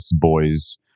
Boys